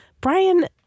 Brian